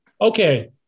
okay